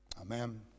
Amen